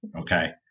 okay